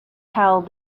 held